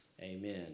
Amen